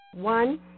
One